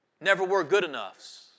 never-were-good-enoughs